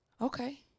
Okay